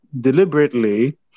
deliberately